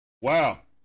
Wow